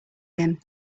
him